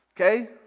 Okay